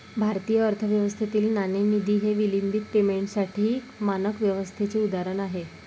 भारतीय अर्थव्यवस्थेतील नाणेनिधी हे विलंबित पेमेंटसाठी मानक व्यवस्थेचे उदाहरण आहे